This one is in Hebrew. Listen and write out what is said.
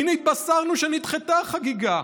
הינה התבשרנו שנדחתה החגיגה.